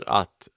att